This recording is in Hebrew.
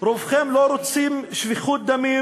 רובכם לא רוצים שפיכות דמים,